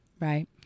right